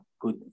good